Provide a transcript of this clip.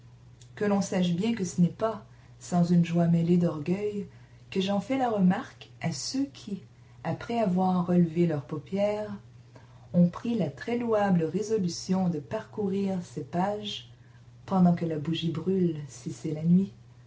que l'on sache bien que ce n'est pas sans une joie mêlée d'orgueil que j'en fais la remarque à ceux qui après avoir relevé leurs paupières ont pris la très louable résolution de parcourir ces pages pendant que la bougie brûle si c'est la nuit